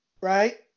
Right